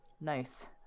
nice